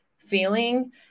feeling